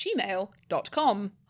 gmail.com